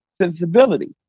sensibility